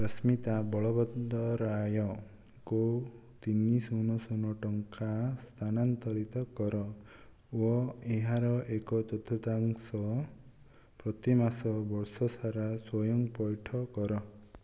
ରଶ୍ମିତା ବଳବନ୍ତରାୟଙ୍କୁ ତିନି ଶୂନ ଶୂନ ଟଙ୍କା ସ୍ଥାନାନ୍ତରିତ କର ଓ ଏହାର ଏକ ଚତୁର୍ଥାଂଶ ପ୍ରତିମାସ ବର୍ଷ ସାରା ସ୍ଵୟଂ ପଇଠ କର